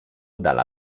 dalla